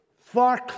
far